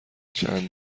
چند